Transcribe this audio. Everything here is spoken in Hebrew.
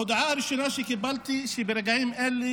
ההודעה הראשונה שקיבלתי היא שברגעים אלה